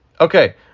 Okay